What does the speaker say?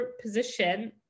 position